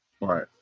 Right